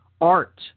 art